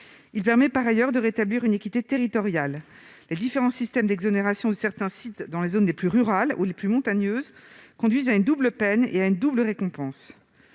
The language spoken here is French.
Il tend par ailleurs à rétablir une équité territoriale. Les différents systèmes d'exonération de certains sites dans les zones les plus rurales ou les plus montagneuses conduisent à une double peine et à une double « récompense